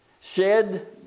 Shed